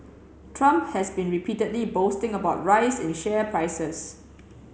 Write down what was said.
trump has been repeatedly boasting about rise in share prices